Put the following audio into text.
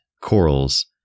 corals